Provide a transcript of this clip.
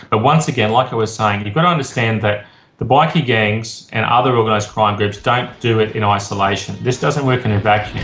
but once again, like i was saying, you've got to understand that the bikie gangs and other organised crime groups don't do it in isolation. this doesn't work in a vacuum.